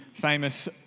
famous